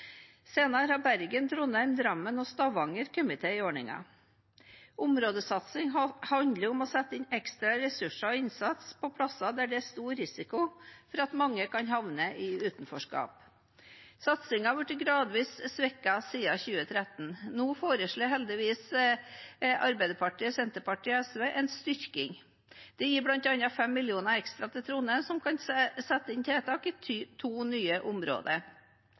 Senere har Bergen, Trondheim, Drammen og Stavanger kommet inn i ordningen. Områdesatsing handler om å sette inn ekstra ressurser og innsats på steder der det er stor risiko for at mange kan havne i utenforskap. Satsingen har blitt gradvis svekket siden 2013. Nå foreslår heldigvis Arbeiderpartiet, Senterpartiet og SV en styrking. Det gir bl.a. 5 mill. kr ekstra til Trondheim, som kan sette inn tiltak i to nye områder